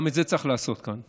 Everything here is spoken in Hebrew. גם את זה צריך לעשות כאן.